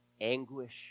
anguish